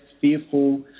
fearful